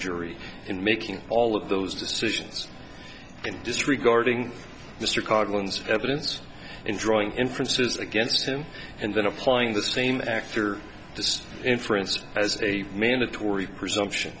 jury in making all of those decisions and disregarding mr coughlan's evidence and drawing inferences against him and then applying the same actor this inference as a mandatory presumption